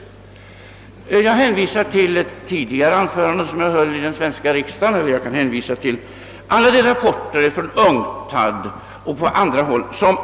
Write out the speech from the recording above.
Jag hänvisar till tidigare anföranden jag hållit i riksdagen och till rapporter från UNCTAD som antyds i mitt svar.